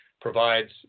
provides